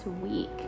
week